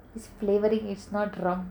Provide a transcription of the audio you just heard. it's flavouring it's not rum